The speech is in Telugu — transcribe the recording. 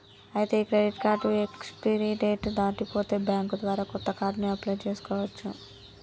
ఐతే ఈ క్రెడిట్ కార్డు ఎక్స్పిరీ డేట్ దాటి పోతే బ్యాంక్ ద్వారా కొత్త కార్డుని అప్లయ్ చేసుకోవచ్చు